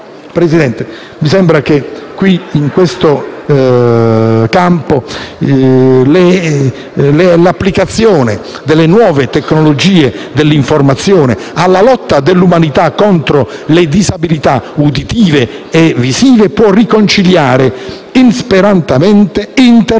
Presidente, mi sembra che in questo campo l'applicazione delle nuove tecnologie dell'informazione nella lotta dell'umanità contro le disabilità uditive e visive può riconciliare insperatamente Internet,